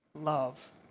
Love